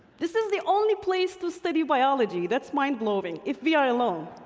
this is the only place to study biology. that's mind-blowing if we are alone.